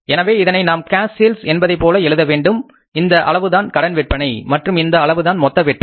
எனவே இதனை நாம் கேஸ் சேல்ஸ் என்பதைப்போல எழுத வேண்டும் இந்த அளவுதான் கடன் விற்பனை மற்றும் இந்த அளவுதான் மொத்தவிற்பனை